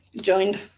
joined